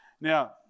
Now